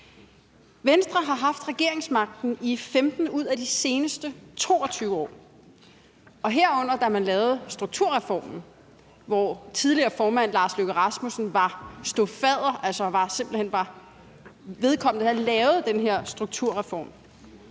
Venstre har haft regeringsmagten i 15 ud af de seneste 22 år, herunder da man lavede strukturreformen, hvor tidligere formand Lars Løkke Rasmussen stod fadder, altså simpelt hen var den, der lavede den her strukturreform.